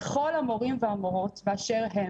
לכל המורים והמורות באשר הם.